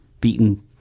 beaten